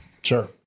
Sure